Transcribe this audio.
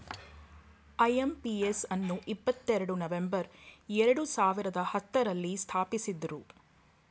IMPS ಅನ್ನು ಇಪ್ಪತ್ತೆರಡು November ಎರಡು ಸಾವಿರದ ಹತ್ತುರಲ್ಲಿ ಸ್ಥಾಪಿಸಿದ್ದ್ರು